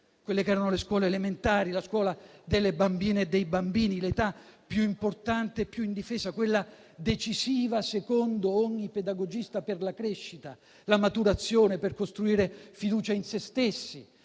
quelle che erano le scuole elementari, la scuola delle bambine e dei bambini, l'età più importante e più indifesa, quella decisiva, secondo ogni pedagogista, per la crescita e la maturazione, per costruire fiducia in se stessi.